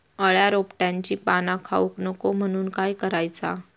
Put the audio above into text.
अळ्या रोपट्यांची पाना खाऊक नको म्हणून काय करायचा?